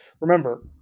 Remember